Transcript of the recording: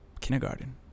kindergarten